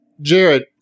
Jared